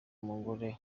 umugore